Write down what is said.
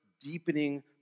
deepening